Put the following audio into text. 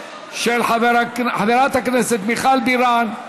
של חברת הכנסת מיכל בירן,